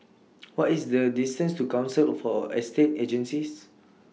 What IS The distance to Council For Estate Agencies